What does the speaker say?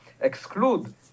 exclude